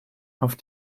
auf